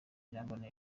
irambona